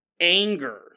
anger